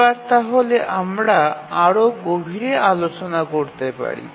এবার তাহলে আমরা আরও গভীরে আলোচনা করতে পারি